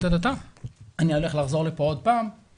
אמר: אני הולך לחזור לפה עוד פעם,